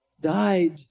died